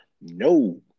No